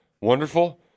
wonderful